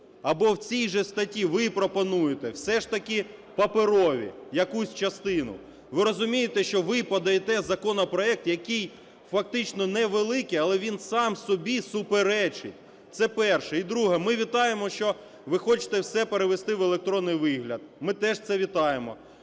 або в цій же статті ви пропонуєте все ж таки паперові, якусь частину. Ви розумієте, що ви подаєте законопроект, який фактично невеликий, але він сам собі суперечить. Це перше. І друге. Ми вітаємо, що ви хочете все перевести в електронний вигляд. Ми теж це вітаємо.